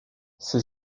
ses